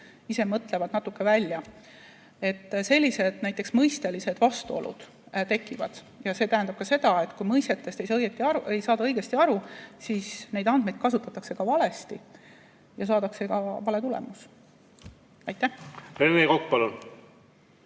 ise mõtlevad tähendusi välja. Sellised mõistelised vastuolud tekivad ja see tähendab ka seda, et kui mõistetest ei saada õigesti aru, siis andmeid kasutatakse valesti ja saadakse ka vale tulemus. Rene